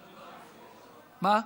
מה?